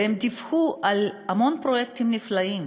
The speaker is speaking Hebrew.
והם דיווחו על המון פרויקטים נפלאים,